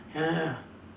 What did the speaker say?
ya ya